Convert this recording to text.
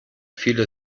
viele